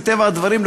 מטבע הדברים,